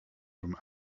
from